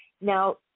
Now